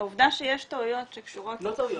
העובדה שיש טעויות שקשורות -- לא טעויות,